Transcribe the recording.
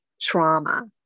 trauma